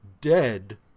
dead